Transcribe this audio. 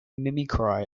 mimicry